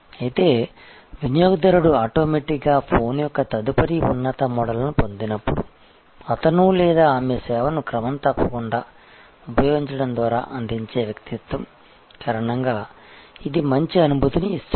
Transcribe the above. అయితే వినియోగదారుడు ఆటోమేటిక్ గా ఫోన్ యొక్క తదుపరి ఉన్నత మోడల్ను పొందినప్పుడు అతను లేదా ఆమె సేవను క్రమం తప్పకుండా ఉపయోగించడం ద్వారా అందించే వ్యక్తిత్వం కారణంగా ఇది మంచి అనుభూతిని ఇస్తుంది